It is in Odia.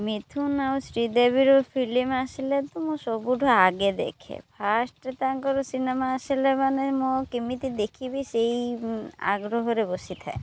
ମିଥୁନ ଆଉ ଶ୍ରୀଦେବୀରୁ ଫିଲିମ୍ ଆସିଲେ ତୁ ମୁଁ ସବୁଠୁ ଆଗେ ଦେଖେ ଫାଷ୍ଟେ ତାଙ୍କର ସିନେମା ଆସିଲେ ମାନେ ମୋ କେମିତି ଦେଖିବି ସେଇ ଆଗ୍ରହରେ ବସିଥାଏ